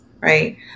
Right